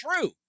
true